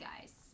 guys